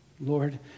Lord